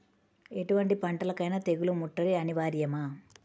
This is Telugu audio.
ఎటువంటి పంటలకైన తెగులు ముట్టడి అనివార్యమా?